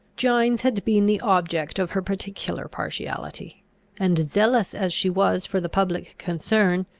gines had been the object of her particular partiality and, zealous as she was for the public concern,